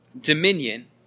dominion